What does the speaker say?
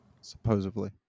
Supposedly